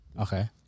Okay